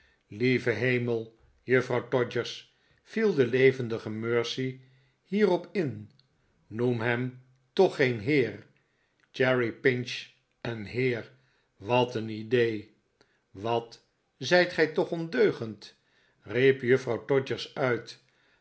lieve hemel juffrouw todgers viel de levendige mercy hierop in noem hem toch geen heer cherry pinch een heer wat een idee wat zijt gij toch ondeugend riep juffrouw todgers uit